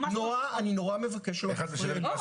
נעה, אני נורא מבקש שלא תפריעי לי.